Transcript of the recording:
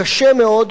קשה מאוד,